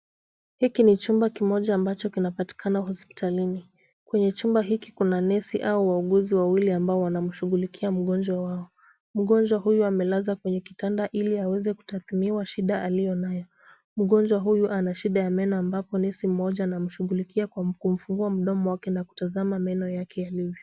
Hiki ni chumba kimoja ambacho kinapatikana hospitalini. Kwenye chumba hiki kuna nesi au muguuzi wawili ambao wanamshughulikia mgonjwa wao. Mgonjwa huyu amelazwa kwenye kitanda ili aweze kutadhminiwa shida aliyo nayo. Mgonjwa huyu ana shida ya meno ambapo nesi mmoja anamshughulikia kwa kumfungua mdomo wake na kutazama meno yake yalivyo.